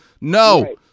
No